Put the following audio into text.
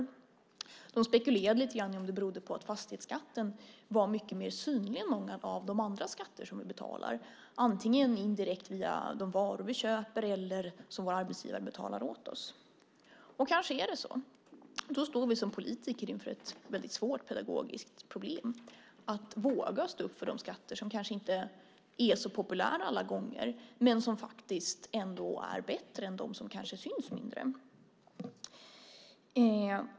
Forskarna spekulerade lite grann i om det beror på att fastighetsskatten är mycket mer synlig än många av de andra skatter som vi betalar antingen indirekt via de varor vi köper eller som våra arbetsgivare betalar åt oss. Och kanske är det så. Då står vi som politiker inför ett svårt pedagogiskt problem: att våga stå upp för de skatter som kanske inte är så populära alla gånger men som faktiskt ändå är bättre än dem som kanske syns mindre.